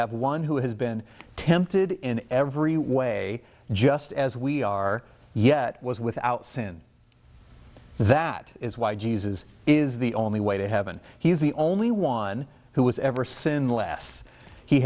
have one who has been tempted in every way just as we are yet was without sin that is why jesus is the only way to heaven he is the only one who was ever sin less he